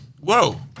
Whoa